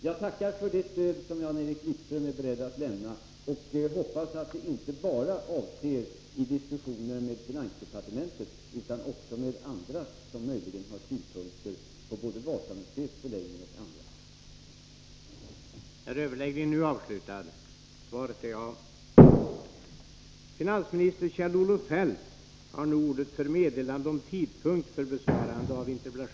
Jag tackar för det stöd som Jan-Erik Wikström är beredd att lämna och hoppas att det inte bara är i diskussioner med finansdepartementet han avser att lämna sådant stöd utan också i diskussioner med andra som möjligen har synpunkter på både Wasamuseets förläggning och annat.